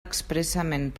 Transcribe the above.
expressament